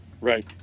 right